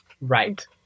right